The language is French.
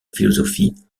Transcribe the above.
philosophie